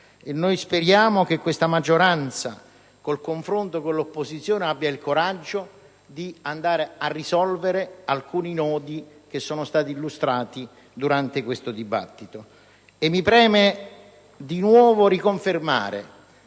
Noi speriamo che questa maggioranza, nel confronto con l'opposizione, abbia il coraggio di risolvere alcuni nodi illustrati durante il dibattito. Mi preme di nuovo confermare